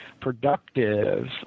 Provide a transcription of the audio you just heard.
productive